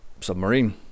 submarine